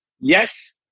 yes